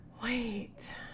Wait